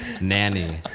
Nanny